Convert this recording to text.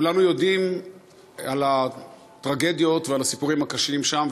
כולנו יודעים על הטרגדיות ועל הסיפורים הקשים שם,